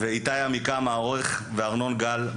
איתי עמיקם הוא העורך, וגם ארנון גל.